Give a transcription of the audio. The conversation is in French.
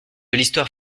l’histoire